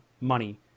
money